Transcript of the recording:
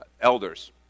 elders